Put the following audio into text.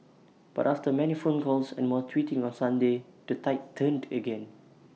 but after many phone calls and more tweeting on Sunday the tide turned again